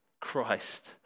Christ